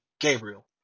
Gabriel